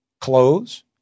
Clothes